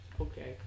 Okay